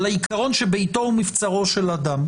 על העיקרון שביתו הוא מבצרו של אדם.